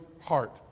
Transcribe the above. heart